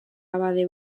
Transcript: abade